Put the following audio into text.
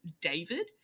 David